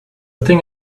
thing